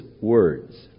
words